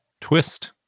Twist